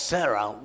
Sarah